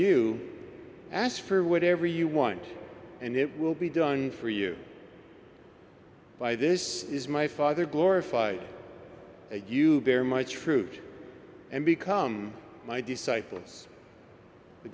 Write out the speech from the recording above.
you ask for whatever you want and it will be done for you by this is my father glorify it you bear much fruit and become my disciples the